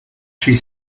she